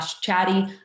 chatty